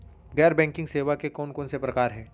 गैर बैंकिंग सेवा के कोन कोन से प्रकार हे?